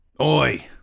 Oi